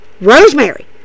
Rosemary